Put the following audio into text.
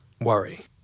worry